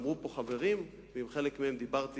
אמרו פה חברים, ועם חלק מהם דיברתי